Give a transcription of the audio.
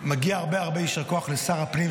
מגיע הרבה מאוד יישר כוח לשר הפנים,